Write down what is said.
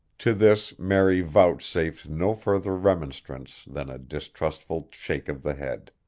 to this mary vouchsafed no further remonstrance than a distrustful shake of the head.